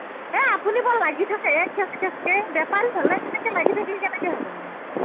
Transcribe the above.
এ আপুনি বৰ লাগি থাকেহে খেচ খেচকৈ বেপাৰী হ'লে এনেকৈ লাগি থাকিলে কেনেকৈ হ'ব